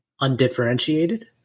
undifferentiated